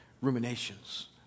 ruminations